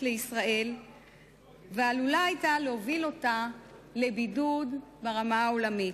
לישראל ועלולה היתה להוביל אותה לבידוד ברמה העולמית.